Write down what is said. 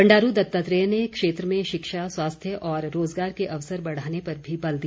बंडारू दत्तात्रेय ने क्षेत्र में शिक्षा स्वास्थ्य और रोजगार के अवसर बढ़ाने पर भी बल दिया